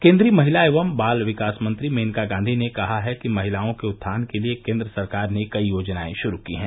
केंद्रीय महिला एवम् बाल विकास मंत्री मेनका गांधी ने कहा है की महिलाओं के उत्थान के लिए केंद्र सरकार ने कई योजनाएं शुरू की हैं